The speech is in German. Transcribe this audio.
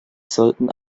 sollten